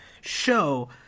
show